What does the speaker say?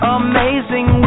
amazing